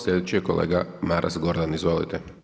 Sljedeći je kolega Maras Gordan, izvolite.